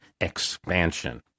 expansion